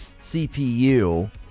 CPU